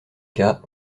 cas